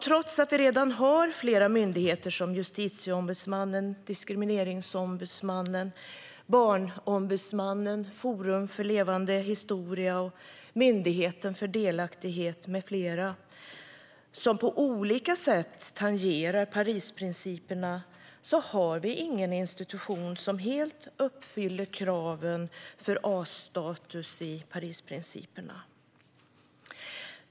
Trots att vi redan har flera myndigheter som Justitieombudsmannen, Diskrimineringsombudsmannen, Barnombudsmannen, Forum för levande historia och Myndigheten för delaktighet med flera som på olika sätt tangerar Parisprinciperna har vi ingen institution som helt uppfyller kraven för A-status i Parisprinciperna.